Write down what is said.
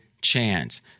chance